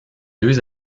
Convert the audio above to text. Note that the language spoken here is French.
deux